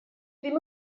ddim